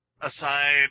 aside